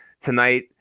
tonight